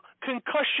concussion